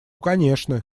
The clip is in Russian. конечно